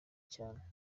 cyane